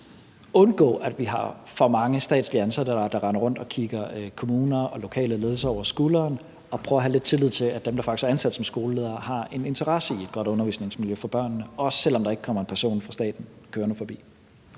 undgå, at vi har for mange statsligt ansatte, der render rundt og kigger kommuner og lokale ledelser over skulderen. Vi prøver at have lidt tillid til at dem, der faktisk er ansat som skoleledere, har en interesse i et godt undervisningsmiljø for børnene, også selv om der ikke kommer en person fra staten kørende forbi.